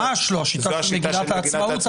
--- זאת ממש לא השיטה של מגילת העצמאות.